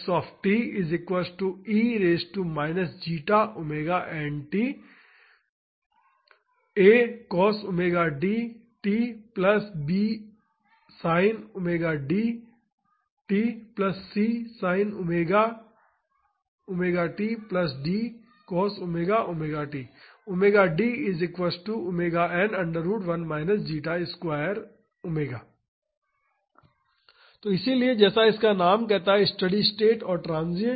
A cost B st C st D cost तो इसलिए जैसा इनका नाम कहता है स्टेडी स्टेट और ट्रांसिएंट